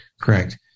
Correct